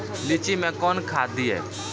लीची मैं कौन खाद दिए?